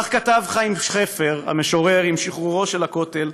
כך כתב חיים חפר המשורר עם שחרורו של הכותל.